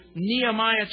Nehemiah